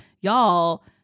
y'all